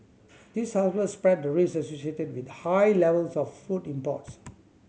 this helps spread the risks associated with high levels of food imports